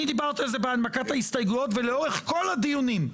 אני דיברתי על זה בהנמקת ההסתייגויות ולאורך כל הדיונים,